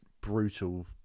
brutal